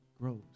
grows